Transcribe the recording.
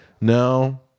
No